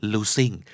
Losing